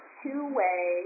two-way